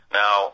now